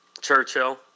Churchill